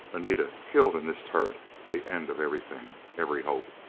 anita, killed in this turret the end of everything every hope.